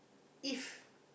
if